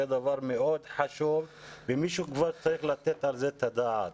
זה דבר מאוד חשוב ומישהו כבר צריך לתת על זה את הדעת.